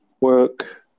work